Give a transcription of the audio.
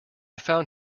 found